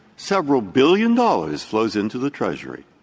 several billion dollars flows into the treasury,